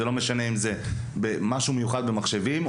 לא משנה אם זה משהו מיוחד במחשבים,